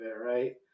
right